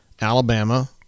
Alabama